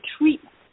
treatment